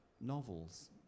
novels